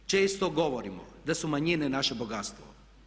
Često govorimo da su manjine naše bogatstvo.